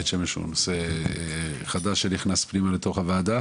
בית שמש הוא נושא חדש שנכנס פנימה לתוך הוועדה,